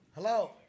Hello